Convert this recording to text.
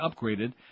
upgraded